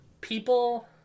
People